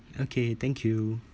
okay thank you